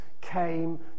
came